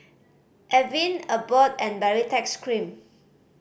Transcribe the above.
Avene Abbott and Baritex Cream